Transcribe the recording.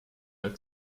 like